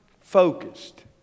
focused